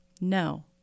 No